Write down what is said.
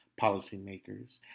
policymakers